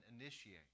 initiate